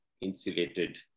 insulated